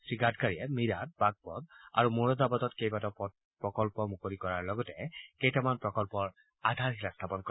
শ্ৰী গাডকাৰীয়ে মীৰাট বাঘপট আৰু মুৰাদাবাদত কেবাটাও ঘাইপথ প্ৰকল্প মুকলি কৰাৰ লগতে কেইটামান প্ৰকল্পৰ আধাৰশিলা স্থাপন কৰে